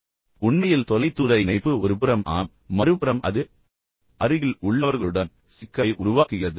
இப்போது உண்மையில் தொலைதூர இணைப்பு ஒருபுறம் ஆம் மறுபுறம் அது அருகில் உள்ளவர்களுடன் சிக்கலை உருவாக்குகிறது